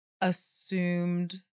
assumed